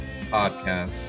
podcast